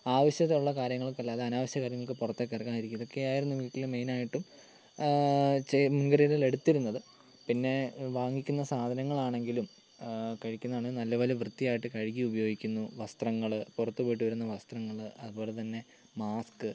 ആവശ്യത്തിനുള്ള കാര്യങ്ങൾക്കല്ലാതെ അനാവശ്യ കാര്യങ്ങൾക്ക് പുറത്തേക്ക് ഇറങ്ങരുത് ഇതൊക്കെയായിരുന്നു വീട്ടില് മെയിനായിട്ടും ചെയ് മുൻകരുതലുകൾ എടുത്തിരുന്നത് പിന്നെ വാങ്ങിക്കുന്ന സാധനങ്ങളാണെങ്കിലും കഴിക്കുന്നതാണെൽ നല്ലപോലെ വൃത്തിയായിട്ട് കഴുകി ഉപയോഗിക്കുന്നു വസ്ത്രങ്ങള് പുറത്ത് പോയിട്ട് വരുന്ന വസ്ത്രങ്ങള് അതുപോലെ തന്നെ മാസ്ക്